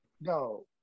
No